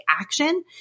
action